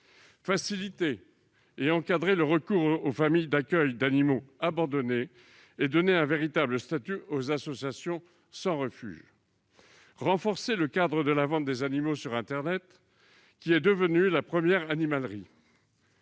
faciliter et encadrer le recours aux familles d'accueil d'animaux abandonnés, à donner un véritable statut aux associations sans refuge, à renforcer le cadre de la vente des animaux sur internet, devenu la première animalerie,